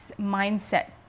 mindset